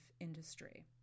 industry